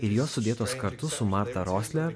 ir jos sudėtos kartu su marta rosler